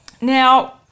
now